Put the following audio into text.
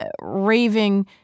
raving